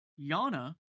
Yana